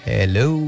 Hello